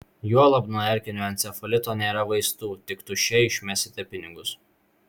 juolab nuo erkinio encefalito nėra vaistų tik tuščiai išmesite pinigus